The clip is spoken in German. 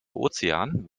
ozean